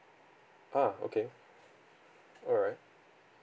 ah okay alright